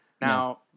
Now